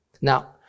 Now